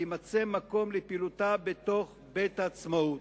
ויימצא מקום לפעילותה בתוך בית-העצמאות.